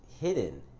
hidden